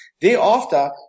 Thereafter